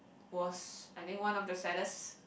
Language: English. was I think one of the saddest